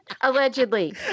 Allegedly